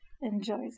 enjoys